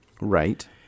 Right